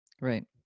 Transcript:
Right